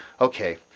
okay